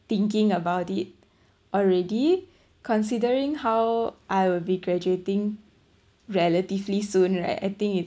thinking about it already considering how I'll be graduating relatively soon right I think it's